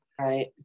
Right